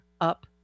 up